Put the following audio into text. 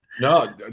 No